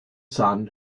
son